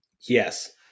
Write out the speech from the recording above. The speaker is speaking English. Yes